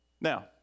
Now